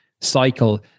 cycle